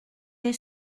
est